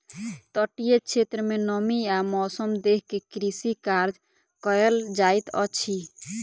तटीय क्षेत्र में नमी आ मौसम देख के कृषि कार्य कयल जाइत अछि